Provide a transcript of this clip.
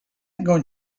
going